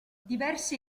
diverse